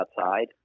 outside